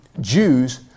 Jews